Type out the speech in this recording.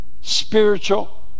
spiritual